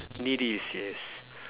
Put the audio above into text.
needy yes